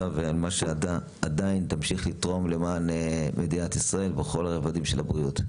ועל מה שאתה עדיין תמשיך לתרום למען מדינת ישראל בכל הרבדים של הבריאות.